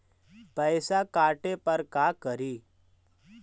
पैसा काटे पर का करि?